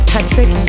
Patrick